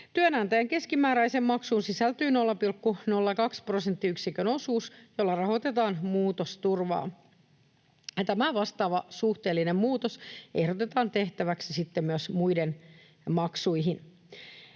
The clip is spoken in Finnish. Työnantajan keskimääräiseen maksuun sisältyy 0,02 prosenttiyksikön osuus, jolla rahoitetaan muutosturvaa. Tämä vastaava suhteellinen muutos ehdotetaan tehtäväksi sitten myös muihin maksuihin.